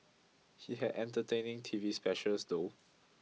he had entertaining TV specials though